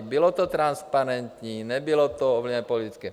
Bylo to transparentní, nebylo to ovlivněné politicky.